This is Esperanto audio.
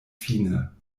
fine